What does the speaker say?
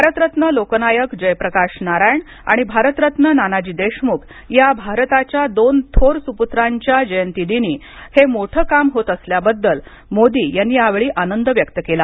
भारतरत्न लोकनायक जयप्रकाश नारायण आणि भारतरत्न नानाजी देशमुख या भारताच्या दोन थोर सुप्त्रांच्या जयंती दिनी हे मोठं काम होत असल्याबद्दल मोदी यांनी आनंद व्यक्त केला